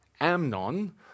Amnon